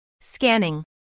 Scanning